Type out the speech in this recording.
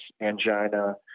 angina